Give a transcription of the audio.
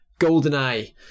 GoldenEye